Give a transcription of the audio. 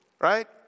right